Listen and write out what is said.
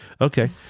okay